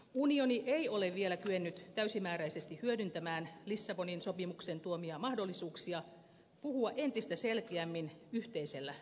unioni ei ole vielä kyennyt täysimääräisesti hyödyntämään lissabonin sopimuksen tuomia mahdollisuuksia puhua entistä selkeämmin yhteisellä äänellä